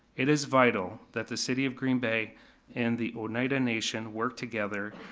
it is vital that the city of green bay and the oneida nation work together,